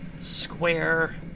square